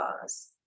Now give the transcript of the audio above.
cause